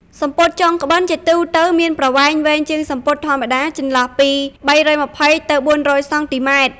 សំពត់ចងក្បិនជាទូទៅមានប្រវែងវែងជាងសំពត់ធម្មតា ចន្លោះពី ៣២០ ទៅ ៤០០ សង់ទីម៉ែត្រ។